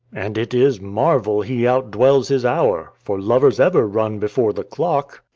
and it is marvel he out-dwells his hour, for lovers ever run before the clock.